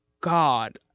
god